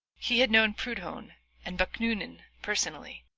he had known proudhon and bakunin personally,